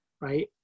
right